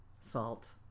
salt